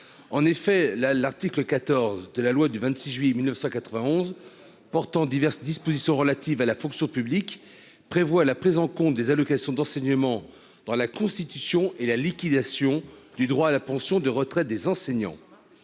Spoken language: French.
En effet la l'article 14 de la loi du 26 juillet 1991 portant diverses dispositions relatives à la fonction publique prévoit la prise en compte des allocations d'enseignement dans la Constitution et la liquidation du droit à la pension de retraite des enseignants.